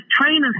trainers